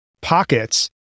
pockets